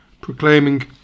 proclaiming